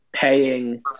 paying